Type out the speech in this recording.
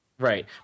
Right